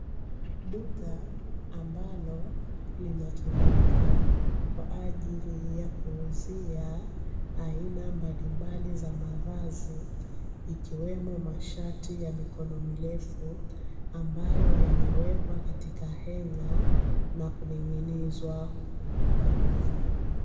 Duka ambalo linatumika kwa ajili yakuuzia aina mbalimbali za mavazi, ikiwemo mashati ya mikono mirefu ambayo yamewekwa katika heng'a na kuning'inizwa kwa juu.